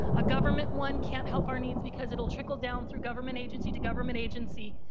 a government one cannot help our needs because it will trickle down through government agency to government agency,